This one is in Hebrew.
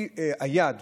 היא יעד,